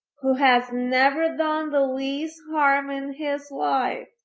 who has never done the least harm in his life.